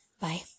Bye